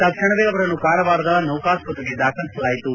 ತಕ್ಷಣವೇ ಅವರನ್ನು ಕಾರವಾರದ ನೌಕಾ ಆಸ್ಪತ್ರೆಗೆ ದಾಖಲಿಸಲಾಯಿತು